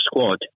squad